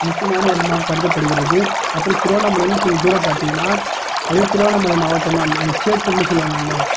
முக்கியமான இடமா கருதப்படுகிறது அப்புறம் திருவண்ணாமலைலருந்து கொஞ்சம் தூரம் பார்த்தீங்கன்னா அது திருவண்ணாமலை மாவட்டம் தான் அந்த சேத்பட்ன்னு சொல்லுவாங்க அங்கே